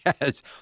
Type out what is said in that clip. Yes